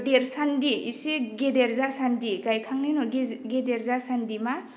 देरसान्दि एसे गेदेर जासान्दि गायखांनायनि उनाव गेदेर जासान्दि मा